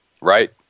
right